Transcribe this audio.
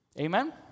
Amen